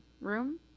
room